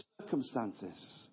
circumstances